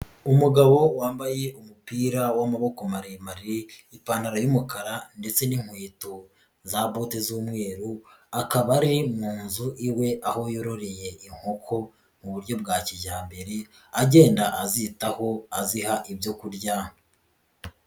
Umugabo wambaye umupira w'amaboko maremare, ipantaro y'umukara ndetse n'inkweto za bote z'umweru akaba ari mu nzu iwe aho yororeye inkoko mu buryo bwa kijyambere, agenda azitaho aziha ibyo kurya.